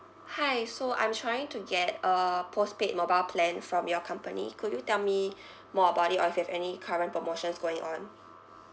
hi so I'm trying to get a postpaid mobile plan from your company could you tell me more about it or if you have any current promotions going on